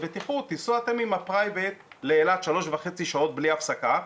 תיסעו אתם עם הפרייבט לאילת שלוש וחצי שעות בלי הפסקה,